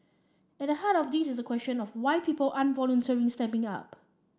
at the heart of this is the question of why people aren't voluntarily stepping up